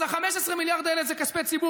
אז 15 המיליארד האלה זה כספי ציבור,